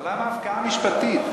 אבל למה הפקעה משפטית?